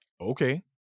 okay